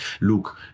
look